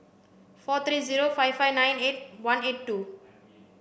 four three zero five five nine eight one eight two